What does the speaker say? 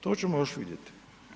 To ćemo još vidjeti.